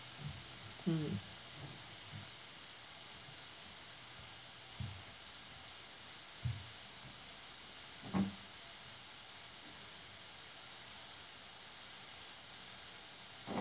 mm